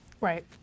Right